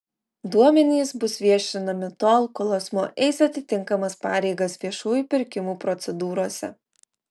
duomenys bus viešinami tol kol asmuo eis atitinkamas pareigas viešųjų pirkimų procedūrose